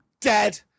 dead